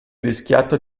rischiato